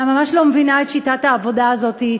אני ממש לא מבינה את שיטת העבודה הזאת.